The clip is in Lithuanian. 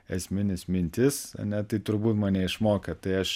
esminis mintis ane tai turbūt mane išmokė tai aš